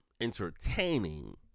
entertaining